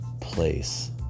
place